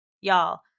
y'all